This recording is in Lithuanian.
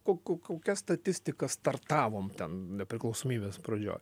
ko ko kokia statistika startavom ten nepriklausomybės pradžioj